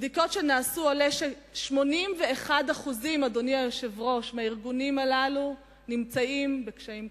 מבדיקות שנעשו עולה ש-81% מהארגונים הללו נמצאים בקשיים כספיים,